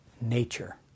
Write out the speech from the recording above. nature